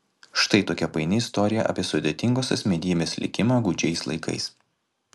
štai tokia paini istorija apie sudėtingos asmenybės likimą gūdžiais laikais